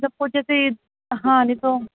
सब कुछ जैसे हाँ लिखो